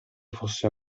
fosse